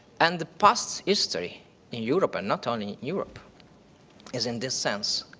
and the past history in europe and not only in europe is in this sense,